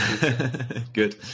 Good